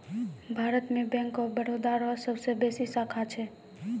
भारत मे Bank of Baroda रो सबसे बेसी शाखा छै